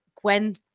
Gwen